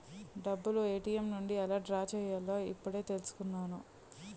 డబ్బులు ఏ.టి.ఎం నుండి ఎలా డ్రా చెయ్యాలో ఇప్పుడే తెలుసుకున్నాను